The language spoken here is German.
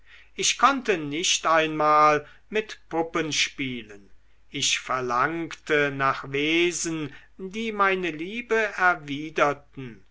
ich konnte nicht einmal mit puppen spielen ich verlangte nach wesen die meine liebe erwiderten